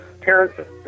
parents